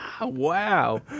Wow